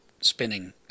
spinning